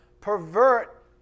pervert